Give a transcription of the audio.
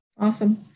Awesome